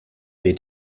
weht